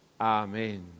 Amen